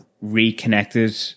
reconnected